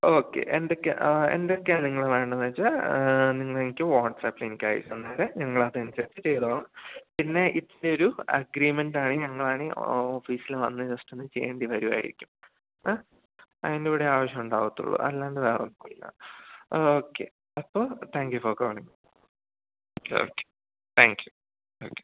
okay എന്തൊക്കെയാണ് എന്തൊക്കെയാണ് നിങ്ങള് വേണ്ടതെന്നുവെച്ചാല് നിങ്ങളെനിക്ക് വാട്സാപ്പില് എനിക്ക് അയച്ചുതന്നാല് ഞങ്ങള് അതനുസരിച്ച് ചെയ്തുകൊള്ളാം പിന്നെ ഇപ്പോഴൊരു അഗ്രിമെൻറ്റായി ഞങ്ങളാണെങ്കില് ഓഫീസില് വന്ന് ജസ്റ്റോന്നു ചെയ്യേണ്ടിവരുമായിരിക്കും ആ അതിൻ്റെ കൂടെയെ ആവശ്യമുണ്ടാവുകയുള്ളൂ അല്ലാതെ വേറെയൊന്നുമില്ല ഓക്കേ അപ്പോള് thank you for calling okay thank you okay